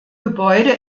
gebäude